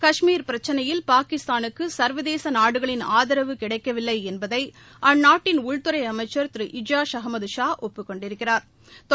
கஷ்மீர் பிரச்சினையில் பாகிஸ்தானுக்கு சள்வதேச நாடுகளின் ஆதரவு கிட்டவில்லை என்பதை அந்நாட்டின் உள்துறை அமைச்சா் திரு இஜாஷ் அகமது ஷா ஒப்புக் கொண்டிருக்கிறாா்